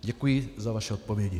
Děkuji za vaše odpovědi.